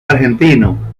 argentino